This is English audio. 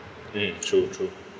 mm true true